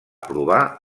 provar